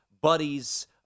buddies